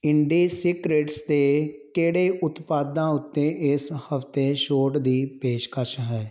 indie Secrets ਦੇ ਕਿਹੜੇ ਉਤਪਾਦਾਂ ਉੱਤੇ ਇਸ ਹਫ਼ਤੇ ਛੋਟ ਦੀ ਪੇਸ਼ਕਸ਼ ਹੈ